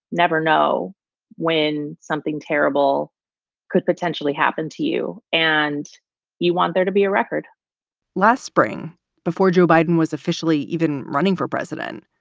never know when something terrible could potentially happen to you and you want there to be a record last spring before joe biden was officially even running for president.